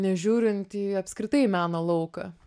nežiūrint į apskritai meno lauką